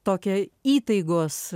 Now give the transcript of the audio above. tokią įtaigos